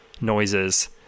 noises